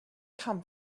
come